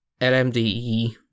LMDE